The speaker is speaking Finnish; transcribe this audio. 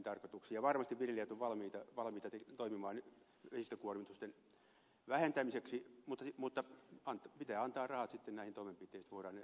ja varmasti viljelijät ovat valmiita toimimaan vesistökuormitusten vähentämiseksi mutta pitää antaa rahat sitten näihin toimenpiteisiin että voidaan ne toteuttaa